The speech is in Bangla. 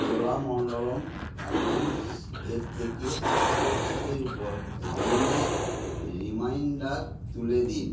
চোলামণ্ডলম ফাইন্যান্স এর থেকে গচ্ছিতের ওপর ঋণের রিমাইন্ডার তুলে দিন